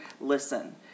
listen